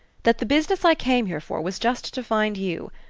that the business i came here for was just to find you.